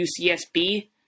UCSB